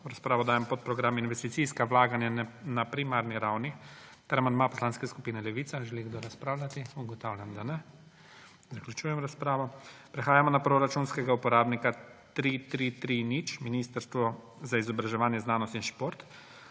razpravo dajem podprogram Investicijska vlaganja na primarni ravni ter amandma Poslanske skupine Levica. Želi kdo razpravljati? Ugotavljam, da ne. Zaključujem razpravo. Prehajamo na proračunskega uporabnika 3330 Ministrstvo za izobraževanje, znanost in šport